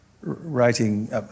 writing